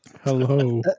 hello